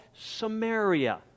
Samaria